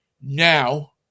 now